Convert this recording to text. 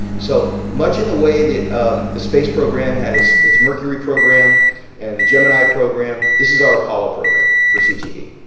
so much in the way the um the space program had its its mercury program and the gemini program, this is our apollo program for cte. trustee